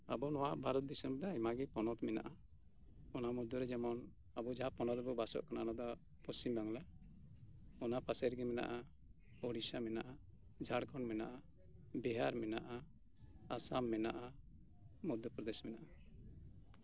ᱟᱵᱚ ᱱᱚᱶᱟ ᱵᱷᱟᱨᱚᱛ ᱫᱤᱥᱚᱢ ᱫᱚ ᱟᱭᱢᱟ ᱜᱮ ᱯᱚᱱᱚᱛ ᱢᱮᱱᱟᱜᱼᱟ ᱚᱱᱟ ᱢᱚᱫᱽᱫᱷᱮᱨᱮ ᱡᱮᱢᱚᱱ ᱟᱵᱚ ᱡᱟᱦᱟᱸ ᱯᱚᱱᱚᱛ ᱨᱮᱵᱚ ᱵᱟᱥᱚᱜ ᱠᱟᱱᱟ ᱚᱱᱟ ᱫᱚ ᱯᱚᱥᱪᱤᱢ ᱵᱟᱝᱞᱟ ᱚᱱᱟ ᱯᱟᱥᱮ ᱨᱮᱜᱮ ᱢᱮᱱᱟᱜᱼᱟ ᱩᱲᱤᱥᱥᱟ ᱢᱮᱱᱟᱜᱼᱟ ᱡᱷᱟᱲᱠᱷᱚᱱᱰ ᱢᱮᱱᱟᱜᱼᱟ ᱵᱤᱦᱟᱨ ᱢᱮᱱᱟᱜᱼᱟ ᱟᱥᱟᱢ ᱢᱮᱱᱟᱜᱼᱟ ᱢᱚᱫᱽᱫᱷᱚ ᱯᱨᱚᱫᱮᱥ ᱢᱮᱱᱟᱜᱼᱟ